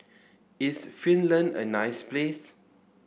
is Finland a nice place